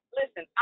listen